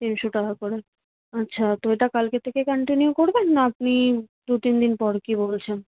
তিনশো টাকা করে আচ্ছা তো এটা কালকে থেকে কান্টিনিউ করবেন না আপনি দু তিন দিন পর কী বলছেন